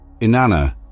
Inanna